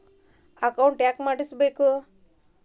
Account ಯಾಕ್ ಮಾಡಿಸಬೇಕು?